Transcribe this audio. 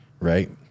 right